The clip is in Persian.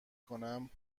کنم